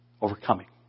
overcoming